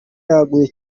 yaguye